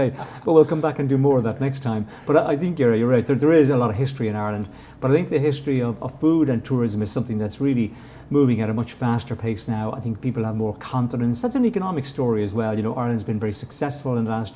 all come back and do more of that next time but i think you're right there is a lot of history in art and but i think the history of food and tourism is something that's really moving at a much faster pace now i think people have more confidence that's an economic story as well you know are it's been very successful in the last